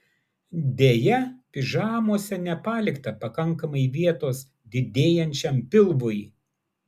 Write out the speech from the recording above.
deja pižamose nepalikta pakankamai vietos didėjančiam pilvui